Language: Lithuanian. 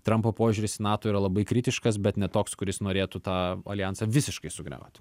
trampo požiūris į nato yra labai kritiškas bet ne toks kuris norėtų tą aljansą visiškai sugriauti